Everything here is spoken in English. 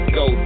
go